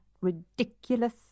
ridiculous